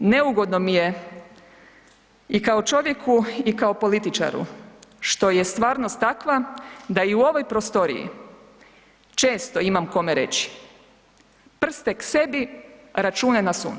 Neugodno mi je i kao čovjeku i kao političaru što je stvarnost takva da i u ovoj prostoriji često imam kome reći, prste k sebi, račune na sunce.